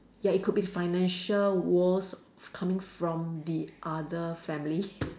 ya it could be financial wars coming from the other family